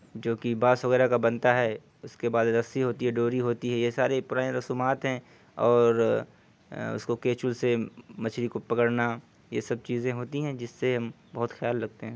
جو کہ بانس وغیرہ کا بنتا ہے اس کے بعد رسی ہوتی ہے ڈوری ہوتی ہے یہ ساری پرانے رسومات ہیں اور اس کو کیچو سے مچھلی کو پکڑنا یہ سب چیزیں ہوتی ہیں جس سے بہت خیال رکھتے ہیں